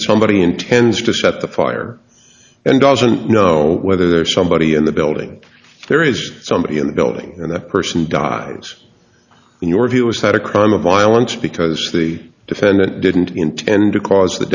that somebody intends to set the fire and doesn't know whether there's somebody in the building there is somebody in the building and the person dies in your view was that a crime of violence because the defendant didn't intend to cause the